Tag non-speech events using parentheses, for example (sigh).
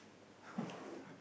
(laughs)